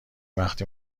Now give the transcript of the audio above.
وقتی